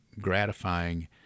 gratifying